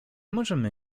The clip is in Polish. możemy